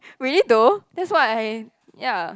we eat though that's why I ya